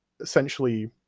essentially